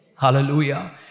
Hallelujah